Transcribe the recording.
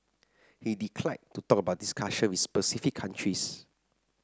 he declined to talk about discussion with specific countries